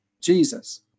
Jesus